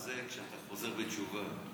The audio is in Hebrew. אבל זה כשאתה חוזר בתשובה.